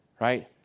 right